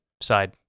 side